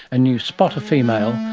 and you spot a female,